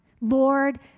Lord